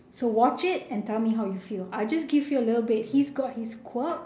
so watch it and tell me how you feel I just give you a little bit he's got his quirk